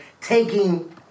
taking